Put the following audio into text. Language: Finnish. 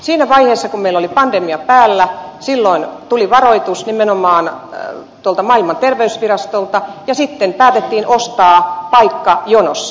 siinä vaiheessa kun meillä oli pandemia päällä tuli varoitus nimenomaan tuolta maailman terveysjärjestöltä ja sitten päätettiin ostaa paikka jonossa